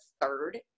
third